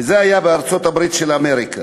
וזה היה בארצות-הברית של אמריקה.